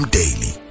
daily